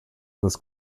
this